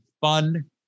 fun